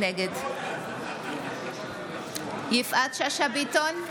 נגד יפעת שאשא ביטון,